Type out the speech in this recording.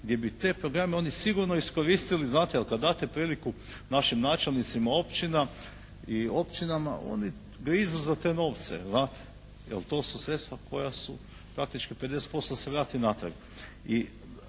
gdje bi te programe oni sigurno iskoristili, znate. Jer kad date priliku našim načelnicima općina i općinama oni grizu za te novce, znate. Jer to su sredstva koja su praktički 50% se vrati natrag.